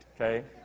Okay